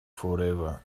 forever